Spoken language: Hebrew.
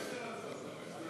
מרדכי יוגב (הבית היהודי):